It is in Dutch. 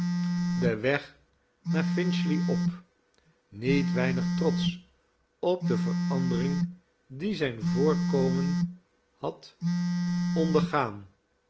den weg naar finchley op niet weinig trotsch op de verandering die zijn voorkomen had ondergaari